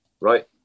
right